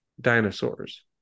dinosaurs